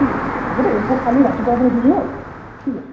ঠিক আছে দিয়ক হ'ব দেই মোক কালি ৰাতিপুৱা আপুনি দি দিব ঠিক আছে